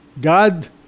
God